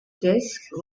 disc